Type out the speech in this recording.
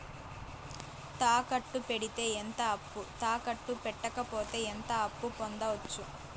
తాకట్టు పెడితే ఎంత అప్పు, తాకట్టు పెట్టకపోతే ఎంత అప్పు పొందొచ్చు?